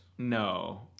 no